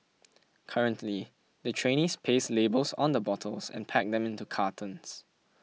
currently the trainees paste labels on the bottles and pack them into cartons